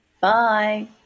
Bye